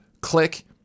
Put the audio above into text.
click